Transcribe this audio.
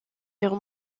guerre